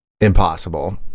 impossible